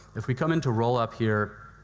if we come into roll-up here,